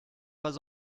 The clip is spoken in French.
pas